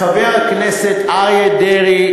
חבר הכנסת אריה דרעי,